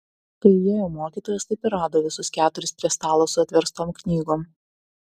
kai įėjo mokytojas taip ir rado visus keturis prie stalo su atverstom knygom